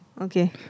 Okay